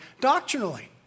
doctrinally